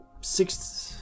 six